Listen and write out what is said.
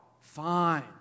Fine